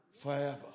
forever